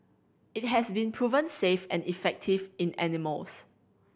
it has been proven safe and effective in animals